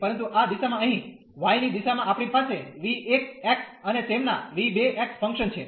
પરંતુ આ દિશામાં અહીં y ની દિશામાં આપણી પાસે v1 અને તેમના v2 ફંક્શન છે